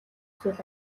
хүсвэл